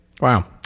wow